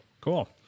Cool